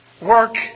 work